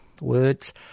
words